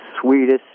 sweetest